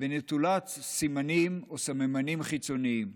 ונטולת סימנים או סממנים חיצוניים.